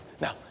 Now